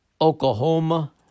Oklahoma